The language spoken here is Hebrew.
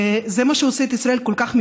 וזה מה שעושה את ישראל כל כך מיוחדת.